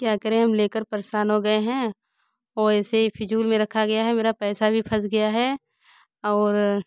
क्या करें हम ले कर परेशान हो गए हैं वो ऐसे ही फज़ूल में रखा गया है मेरा पैसा भी फस गया है और